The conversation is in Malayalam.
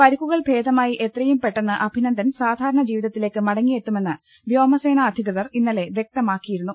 പരിക്കുകൾ ഭേദമായി എത്രയും പെട്ടെന്ന് അഭിനന്ദൻ സാധാ രണജീവിതത്തിലേക്ക് മടങ്ങിയെത്തുമെന്ന് വ്യോമസേനാ അധി കൃതർ ഇന്നലെ വൃക്തമാക്കിയിരുന്നു